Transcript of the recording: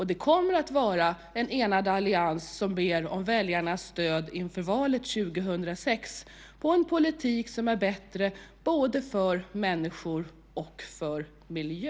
Det kommer att vara en enad allians som ber om väljarnas stöd i valet 2006 på en politik som är bättre både för människor och för miljö.